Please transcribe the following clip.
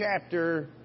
chapter